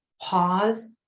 pause